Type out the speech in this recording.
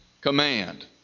command